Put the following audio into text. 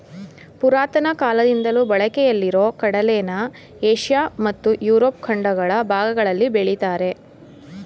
ಪುರಾತನ ಕಾಲದಿಂದಲೂ ಬಳಕೆಯಲ್ಲಿರೊ ಕಡಲೆನ ಏಷ್ಯ ಮತ್ತು ಯುರೋಪ್ ಖಂಡಗಳ ಭಾಗಗಳಲ್ಲಿ ಬೆಳಿತಾರೆ